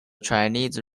chinese